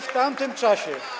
W tamtym czasie.